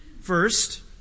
First